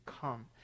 come